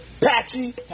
Patchy